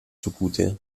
zugute